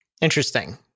Interesting